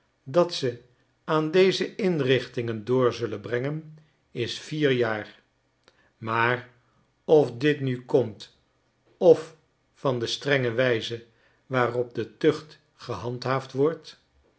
dat ze aan deze inrichtingen door zullen brengen is vier jaar maar of dit nu komt of van de strenge wijze waarop de tucht gehandhaafd wordt